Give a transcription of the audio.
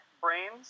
brains